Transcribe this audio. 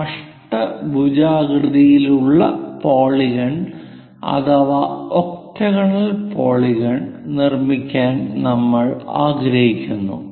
അഷ്ടഭുജാകൃതിയിലുള്ള polygon അഥവാ octagonal polygon നിർമ്മിക്കാൻ നമ്മൾ ആഗ്രഹിക്കുന്നു